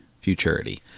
futurity